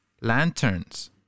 Lanterns